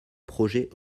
projet